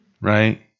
right